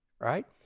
right